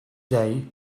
day